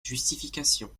justification